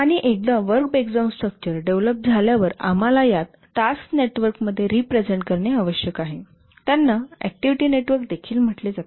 आणि एकदा work breakdown structure develop झाल्यावर आम्हाला यास टास्क नेटवर्कमध्ये रिप्रेझेंट करणे आवश्यक आहे त्यांना ऍक्टिव्हिटी नेटवर्क देखील म्हटले जाते